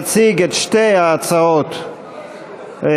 רבותי